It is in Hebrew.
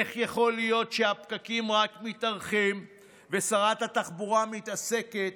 איך יכול להיות שהפקקים רק מתארכים ושרת התחבורה מתעסקת